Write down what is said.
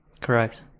Correct